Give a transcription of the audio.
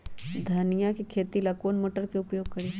धनिया के खेती ला कौन मोटर उपयोग करी?